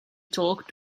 talk